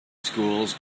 schools